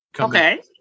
Okay